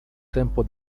tempo